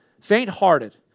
faint-hearted